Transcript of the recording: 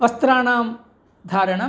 वस्त्राणां धारणम्